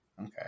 Okay